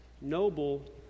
Noble